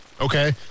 okay